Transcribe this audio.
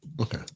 okay